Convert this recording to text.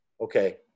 okay